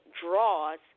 draws